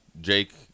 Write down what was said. Jake